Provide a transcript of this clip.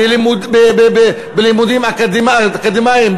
בלימודים אקדמיים,